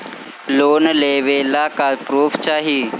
Loan लेवे ला का पुर्फ चाही?